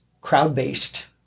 crowd-based